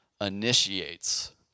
initiates